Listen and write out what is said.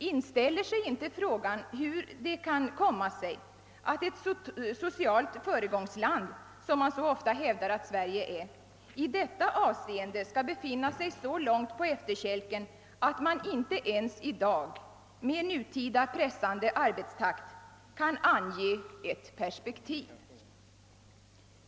Inställer sig inte frågan hur det kan komma sig att ett socialt föregångsland, som man så ofta hävdar att Sverige är, i detta avseende skall befinna sig så långt på efterkälken att man i dag, med vår pressande arbetstakt, inte ens kan ange ett perspektiv?